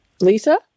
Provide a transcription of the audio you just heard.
Lisa